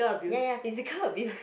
ya ya physical abuse